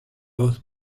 both